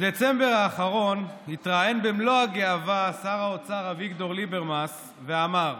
בדצמבר האחרון התראיין במלוא הגאווה שר האוצר ליברמס ואמר: